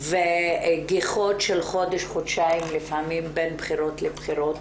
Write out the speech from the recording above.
וגיחות של חודש- חודשיים לפעמים בין בחירות לבחירות.